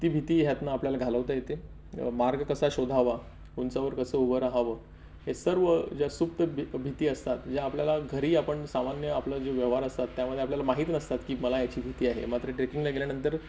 ती भीती ह्यातून आपल्याला घालवता येते मार्ग कसा शोधावा उंचावर कसं उभं राहावं हे सर्व ज्या सुप्त भी भीती असतात ज्या आपल्याला घरी आपण सामान्य आपलं जे व्यवहार असतात त्यामध्ये आपल्याला माहीत नसतात की मला याची भीती आहे मात्र ट्रेकिंगला गेल्यानंतर